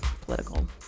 political